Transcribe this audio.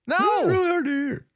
No